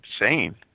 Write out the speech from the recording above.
insane